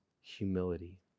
humility